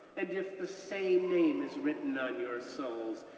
and if the same name is written on your soles,